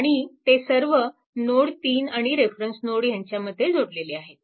आणि ते सर्व नोड 3 आणि रेफरन्स नोड यांच्यामध्ये जोडलेले आहे